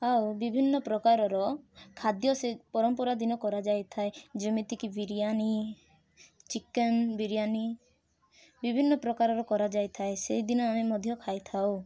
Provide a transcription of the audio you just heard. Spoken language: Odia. ଆଉ ବିଭିନ୍ନ ପ୍ରକାରର ଖାଦ୍ୟ ସେଇ ପରମ୍ପରା ଦିନ କରାଯାଇ ଥାଏ ଯେମିତିକି ବିରିୟାନି ଚିକେନ ବିରିୟାନି ବିଭିନ୍ନ ପ୍ରକାରର କରାଯାଇ ଥାଏ ସେଇଦିନ ଆମେ ମଧ୍ୟ ଖାଇ ଥାଉ